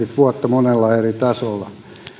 vuotta monella eri tasolla